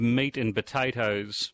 meat-and-potatoes